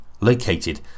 located